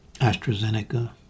AstraZeneca